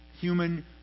human